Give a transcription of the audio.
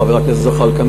חבר הכנסת זחאלקה,